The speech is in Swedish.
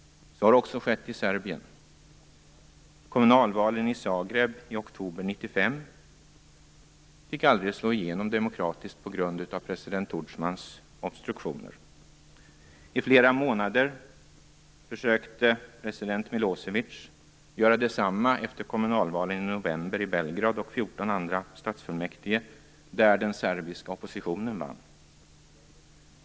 Så har också skett i Serbien. Kommunalvalen i Zagreb i oktober 1995 fick aldrig slå igenom demokratiskt på grund av president Tudjmans obstruktioner. I flera månader försökte president Milosevic göra samma sak efter kommunalvalen i november i Belgrad och 14 andra stadsfullmäktige där den serbiska oppositionen vann.